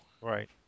right